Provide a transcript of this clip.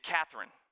Catherine